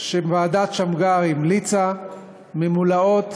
שוועדת שמגר המליצה ממולאות